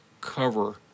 cover